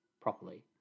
properly